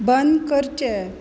बंद करचें